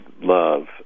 love